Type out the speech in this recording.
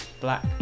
Black